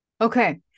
Okay